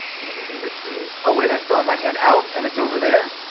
i'm going to leave it be. oh wait, i still have my hand out? and it's over there?